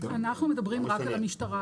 אנחנו מדברים רק על המשטרה.